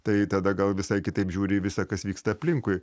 tai tada gal visai kitaip žiūri į visa kas vyksta aplinkui